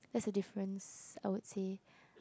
that's the difference I would say